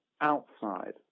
outside